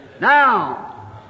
Now